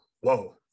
whoa